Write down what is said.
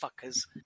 fuckers